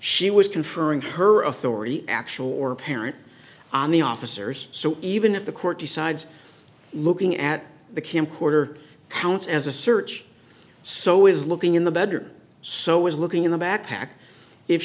she was conferring her authority actual or apparent on the officers so even if the court decides looking at the camcorder counts as a search so is looking in the better so is looking in the backpack if